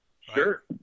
Sure